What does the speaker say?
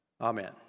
Amen